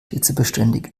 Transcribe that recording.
hitzebeständig